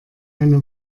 eine